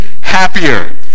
happier